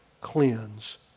cleanse